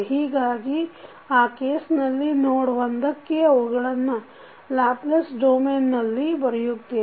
ಹೀಗಾಗಿ ಆ ಕೇಸ್ನಲ್ಲಿ ನೋಡ್ 1 ಕ್ಕೆ ಅವುಗಳನ್ನು ಲ್ಯಾಪ್ಲೇಸ್ ಡೋಮೇನಲ್ಲಿ ಬರೆಯುತ್ತೇವೆ